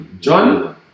John